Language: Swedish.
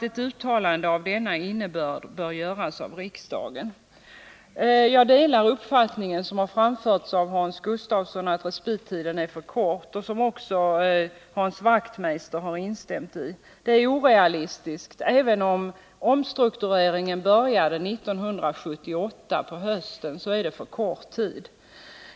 Ett uttalande av denna innebörd bör göras av riksdagen.” Jag delar den uppfattning som framförts av Hans Gustafsson att respittiden är för kort, vilket också Hans Wachtmeister har instämt i. Strukturplanen är på den punkten orealistisk. Även om omstruktureringen började hösten 1978, är det för kort tid.